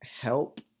help